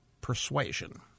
persuasion